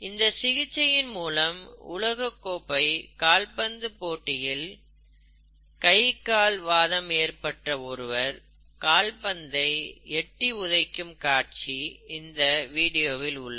இந்த சிகிச்சையின் மூலம் உலக கோப்பை கால்பந்து போட்டியில் கைகால் வாதம் ஏற்பட்ட ஒருவர் கால்பந்தை எட்டி உதைக்கும் காட்சி இந்த வீடியோவில் உள்ளது